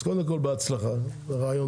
אז קודם כל בהצלחה, זה רעיון טוב.